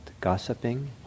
gossiping